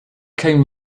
came